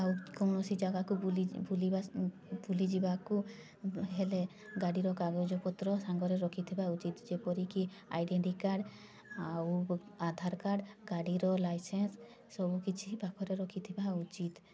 ଆଉ କୌଣସି ଜାଗାକୁ ବୁଲିଯିବାକୁ ହେଲେ ଗାଡ଼ିର କାଗଜପତ୍ର ସାଙ୍ଗରେ ରଖିଥିବା ଉଚିତ୍ ଯେପରିକି ଆଇଡ଼େଣ୍ଟି କାର୍ଡ଼୍ ଆଉ ଆଧାର କାର୍ଡ଼୍ ଗାଡ଼ିର ଲାଇସେନ୍ସ ସବୁକିଛି ପାଖରେ ରଖିଥିବା ଉଚିତ୍